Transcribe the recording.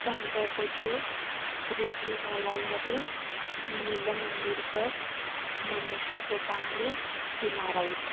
Sandhya Goche Ritu Bhaladhare Nilam Indurkar Manisha Kotangle Seema Raut